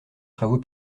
travaux